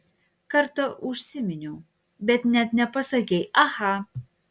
kartą užsiminiau bet net nepasakei aha